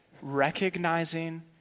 recognizing